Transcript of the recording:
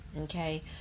Okay